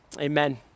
Amen